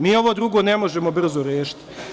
Mi ovo drugo ne možemo brzo rešiti.